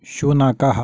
शुनकः